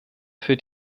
für